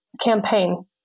campaign